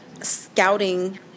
scouting